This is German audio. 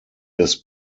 des